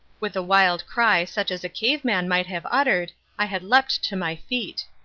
with a wild cry such as a cave man might have uttered, i had leapt to my feet.